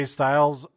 Styles